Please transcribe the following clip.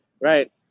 right